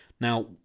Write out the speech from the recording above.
Now